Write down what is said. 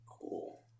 Cool